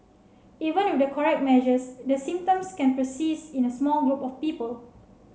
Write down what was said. even with the correct measures the symptoms can persist in a small group of people